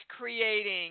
creating